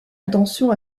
intention